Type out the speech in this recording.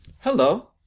Hello